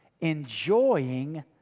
enjoying